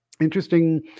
Interesting